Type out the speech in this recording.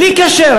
בלי קשר,